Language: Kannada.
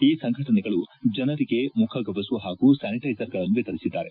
ಈ ಸಂಘಟನೆಗಳು ಜನರಿಗೆ ಮುಖಗವಸು ಹಾಗೂ ಸ್ವಾನಿಟ್ಟೆಸರ್ಗಳನ್ನು ವಿತರಿಸಿದ್ದಾರೆ